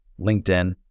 LinkedIn